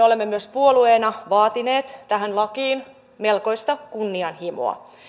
olemme myös puolueena vaatineet tähän lakiin melkoista kunnianhimoa